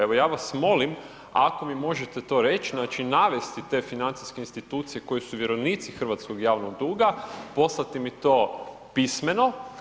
Evo ja vas molim ako mi možete to reći, znači navesti te financijske institucije koje su vjerovnici hrvatskog javnog duga, poslati mi to pismeno.